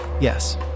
Yes